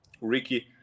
ricky